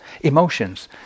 Emotions